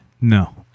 no